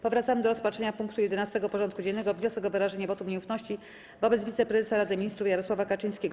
Powracamy do rozpatrzenia punktu 11. porządku dziennego: Wniosek o wyrażenie wotum nieufności wobec Wiceprezesa Rady Ministrów Jarosława Kaczyńskiego.